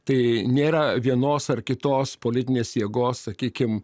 tai nėra vienos ar kitos politinės jėgos sakykim